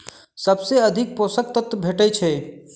सबसँ अधिक पोसक तत्व भेटय छै?